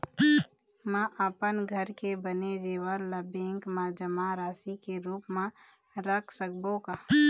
म अपन घर के बने जेवर ला बैंक म जमा राशि के रूप म रख सकबो का?